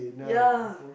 ya